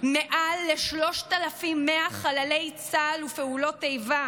מעל ל-3,100 חללי צה"ל ופעולות איבה,